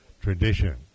tradition